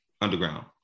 underground